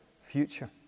future